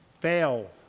fail